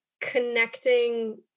connecting